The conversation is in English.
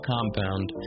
Compound